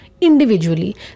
individually